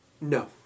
No